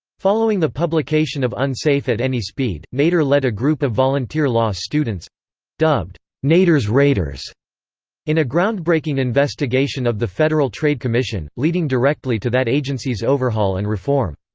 following the publication of unsafe at any speed, nader led a group of volunteer law students dubbed nader's raiders in a groundbreaking investigation of the federal trade commission, leading directly to that agency's overhaul and reform.